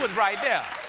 but right there!